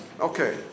Okay